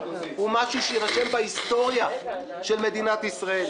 הוא משהו שיירשם בהיסטוריה של מדינת ישראל.